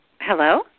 Hello